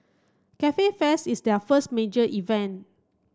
Cafe Fest is their first major event